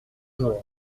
jour